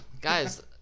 Guys